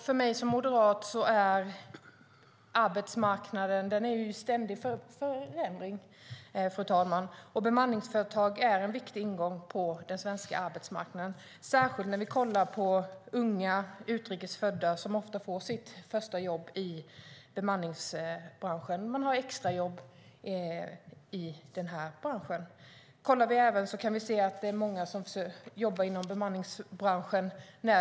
Arbetsmarknaden är i ständig förändring, och bemanningsföretag är en viktig ingång på den svenska arbetsmarknaden. Det gäller särskilt unga utrikes födda som ofta får sitt första jobb i bemanningsbranschen, till exempel extrajobb. Vi kan även se många äldre som jobbar i bemanningsbranschen.